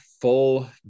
full